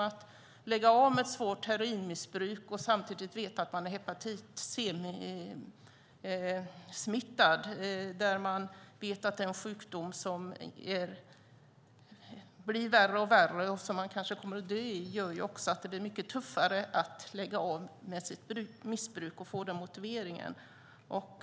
Att lägga av med ett svårt heroinmissbruk och samtidigt veta att man är smittad av hepatit C när man vet att det är en sjukdom som blir värre och värre och som man kanske kommer att dö i gör också att det blir mycket tuffare att lägga av med sitt missbruk och vara motiverad till det.